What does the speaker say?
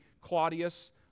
Claudius